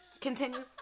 Continue